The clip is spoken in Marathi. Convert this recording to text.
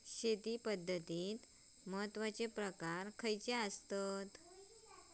शेती पद्धतीचे महत्वाचे प्रकार खयचे आसत?